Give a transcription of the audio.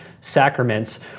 sacraments